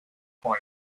con